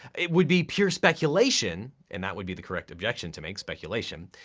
it would be pure speculation and that would be the correct objection to make, speculation.